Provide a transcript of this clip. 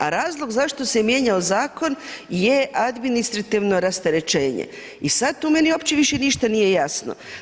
A razlog zašto se mijenjao zakon je administrativno rasterećenje i sad tu meni uopće ništa nije jasno.